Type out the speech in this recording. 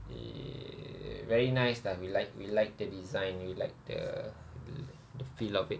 eh very nice lah we like we like the design we like the the the feel of it